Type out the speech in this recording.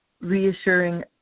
reassuring